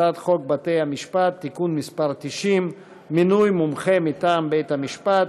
הצעת חוק בתי-המשפט (תיקון מס' 90) (מינוי מומחה מטעם בית-המשפט),